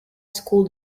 school